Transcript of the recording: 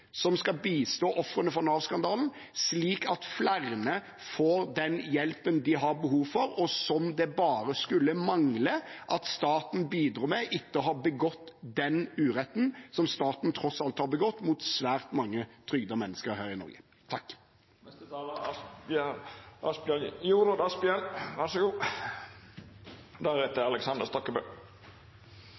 som skal bistå ofrene for Nav-skandalen, slik at flere får den hjelpen de har behov for, og som det bare skulle mangle at staten bidro med etter å ha begått den uretten som staten tross alt har begått mot svært mange trygdede mennesker her i Norge.